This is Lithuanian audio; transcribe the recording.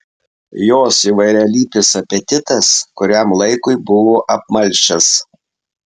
jos įvairialypis apetitas kuriam laikui buvo apmalšęs